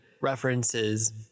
references